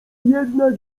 jednak